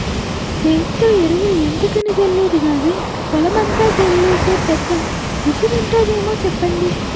సేత్తో ఎరువులు ఎంతకని జల్లేది గానీ, పొలమంతా జల్లీసే పెద్ద మిసనుంటాదేమో సెప్పండి?